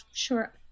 Sure